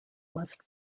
must